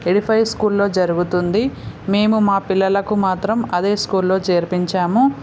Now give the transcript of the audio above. Edify స్కూల్లో జరుగుతుంది మేము మా పిల్లలకు మాత్రం అదే స్కూల్లో చేర్పించాము